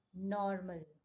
normal